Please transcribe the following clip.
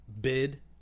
bid